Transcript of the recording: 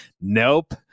nope